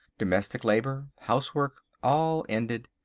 domestic labour, housework all ended.